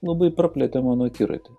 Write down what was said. labai praplėtė mano akiratį